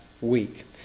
week